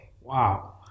Wow